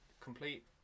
complete